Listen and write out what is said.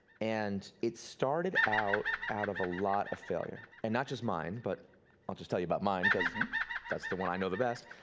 and it started out, out of a lot of failure. and not just mine, but i'll just tell you about mine cause that's the one i know the best!